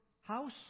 house